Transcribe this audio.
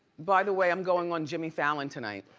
by the way, i'm going on jimmy fallon tonight.